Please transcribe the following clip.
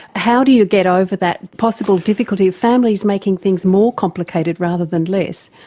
how do you get over that possible difficulty of families making things more complicated rather than less?